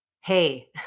hey